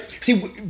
See